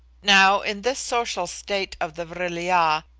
now, in this social state of the vril-ya,